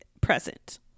present